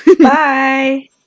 bye